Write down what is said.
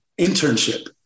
internship